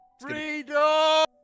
Freedom